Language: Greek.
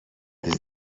τις